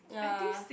ya